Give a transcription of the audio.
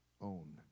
own